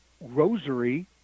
rosary